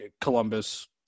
Columbus